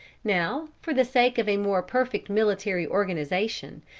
now, for the sake of a more perfect military organization,